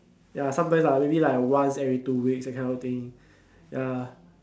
ya sometimes ah maybe like once every two weeks that kind of thing ya